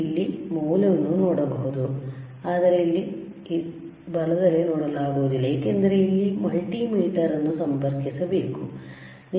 ಇಲ್ಲಿ ಎಡ ಮೌಲ್ಯವನ್ನು ನೋಡಬಹುದು ಆದರೆ ಇಲ್ಲಿ ಬಲನೋಡಲಾಗುವುದಿಲ್ಲ ಏಕೆಂದರೆ ಇಲ್ಲಿ ಮಲ್ಟಿಮೀಟರ್ ಅನ್ನು ಸಂಪರ್ಕಿಸಬೇಕು